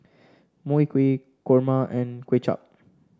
Mui Kee Kurma and Kuay Chap